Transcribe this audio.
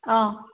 অঁ